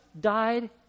died